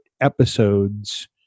episodes